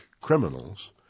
criminals